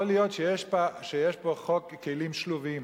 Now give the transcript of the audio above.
יכול להיות שיש פה חוק כלים שלובים: